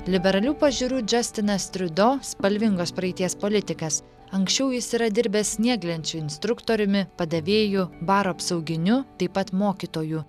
liberalių pažiūrų džastinas triudo spalvingos praeities politikas anksčiau jis yra dirbęs snieglenčių instruktoriumi padavėju baro apsauginiu taip pat mokytoju